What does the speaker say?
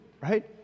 right